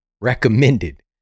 recommended